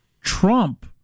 Trump